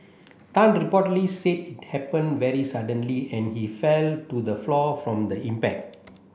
Tan reportedly said it happened very suddenly and he fell to the floor from the impact